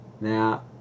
Now